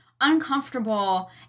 uncomfortable